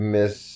Miss